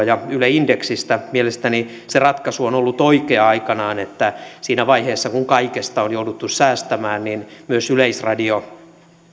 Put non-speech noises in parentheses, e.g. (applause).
(unintelligible) ja yle indeksistä on käyty keskustelua mielestäni se ratkaisu on ollut oikea aikanaan että siinä vaiheessa kun kaikesta on jouduttu säästämään myöskään yleisradio